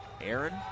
Aaron